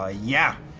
ah yeah,